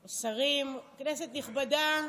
שרים, כנסת נכבדה,